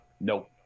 nope